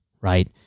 right –